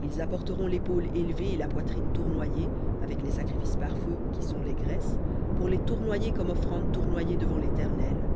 ils apporteront l'épaule élevée et la poitrine tournoyée avec les sacrifices par feu qui sont les graisses pour les tournoyer comme offrande tournoyée devant l'éternel